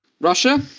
Russia